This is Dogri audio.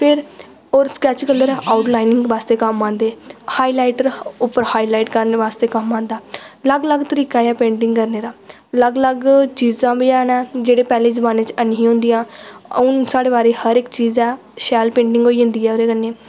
फिर होर स्कैच्च कलर हाई लाईनिंग बास्तै कम्म आंदे हाई लाईटर उप्पर हाई लाईट करने बास्तै कम्म आंदा अलग अलग तरीका ऐ पेंटिंग करने दा अलग अलग चीजां बी हैन न जेह्ड़े पैह्ले जमान्ने च हैनी ही होंदियां हून साढ़ी बारी हर इक चीज़ ऐ शैल पेंटिंग होई जंदी ऐ ओह्दे कन्नै